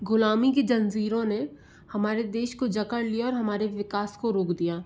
ग़ुलामी की ज़ंजीरों ने हमारे देश को जकड़ लिया और हमारे विकास को रोक दिया